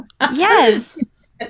Yes